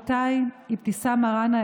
ולחברותיי אבתיסאם מראענה,